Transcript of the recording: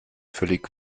völlig